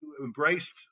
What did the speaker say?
embraced